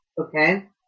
okay